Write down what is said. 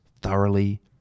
thoroughly